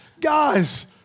Guys